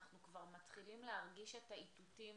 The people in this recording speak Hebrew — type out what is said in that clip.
אנחנו מתחילים כבר להרגיש את האיתותים